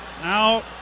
Now